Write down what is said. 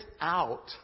out